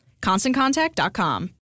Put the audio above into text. ConstantContact.com